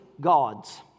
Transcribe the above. God's